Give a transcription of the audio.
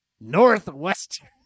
Northwestern